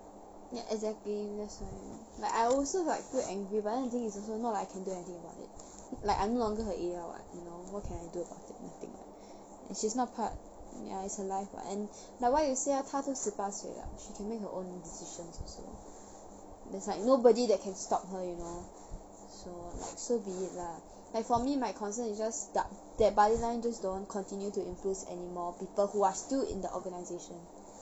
ya exactly that's why but I also like too angry but then the thing is also not like I can do anything about it like I'm no longer her A_L [what] you know what can I do about it nothing [what] and she is not part ya it's her life [what] and like what you said 她都十八岁了 she can make her own decisions also there's like nobody that can stop her you know so like so be it lah like for me my concern is just da~ that buddy line just don't continue to influence any more people who are still in the organisation